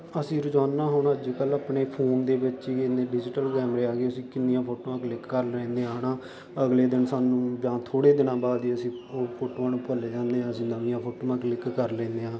ਅਸੀਂ ਰੋਜ਼ਾਨਾ ਹੁਣ ਅੱਜ ਕੱਲ੍ਹ ਆਪਣੀ ਫੋਨ ਦੇ ਵਿੱਚ ਹੀ ਕਹਿੰਦੇ ਡਿਜੀਟਲ ਕੈਮਰੇ ਆ ਗਏ ਅਸੀਂ ਕਿੰਨੀਆਂ ਫੋਟੋਆਂ ਕਲਿੱਕ ਕਰ ਲੈਂਦੇ ਆ ਹੈ ਨਾ ਅਗਲੇ ਦਿਨ ਸਾਨੂੰ ਜਾਂ ਥੋੜ੍ਹੇ ਦਿਨਾਂ ਬਾਅਦ ਅਸੀਂ ਉਹ ਫੋਟੋਆਂ ਨੂੰ ਭੁੱਲ ਜਾਂਦੇ ਆ ਅਸੀਂ ਨਵੀਆਂ ਫੋਟੋਆਂ ਕਲਿੱਕ ਕਰ ਲੈਨੇ ਹਾਂ